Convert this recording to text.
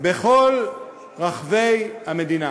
בכל רחבי המדינה.